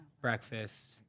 breakfast